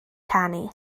canu